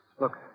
Look